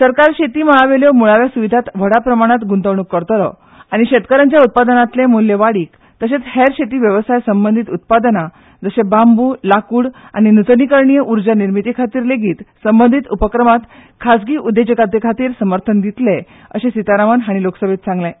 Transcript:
सरकार शेती मळा वेल्यो मुळाव्यो सुविधांत व्हडा प्रमाणांत गुंतवणूक करतलो आनी शेतकाऱ्यांच्या उत्पादनांतले मुल्य वाडीक तशेंच हेर शेती वेवसाय संबंदीत उत्पादनां जशे बांबू लांकूड आनी नुतनीकरणीय उर्जा निर्मिती खातीर लेगीत संबंदीत उपक्रमांत खाजगी उद्देजकताये खातीर समर्थन दितले अशें सितारामन हांणी लोकसभेंत सांगलें